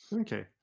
Okay